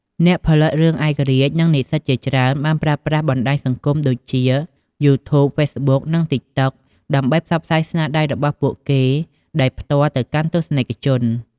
អ្នកផលិតរឿងឯករាជ្យ និងនិស្សិតជាច្រើនបានប្រើប្រាស់បណ្ដាញសង្គមដូចជា យូធួប ហ្វេសប៊ុក តិកតុក ដើម្បីផ្សព្វផ្សាយស្នាដៃរបស់ពួកគេដោយផ្ទាល់ទៅកាន់ទស្សនិកជន។